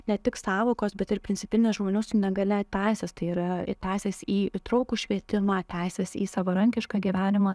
ne tik sąvokos bet ir principinė žmonių su negalia teisės tai yra į teisės į įtrauktų švietimą teisės į savarankišką gyvenimą